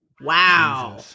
Wow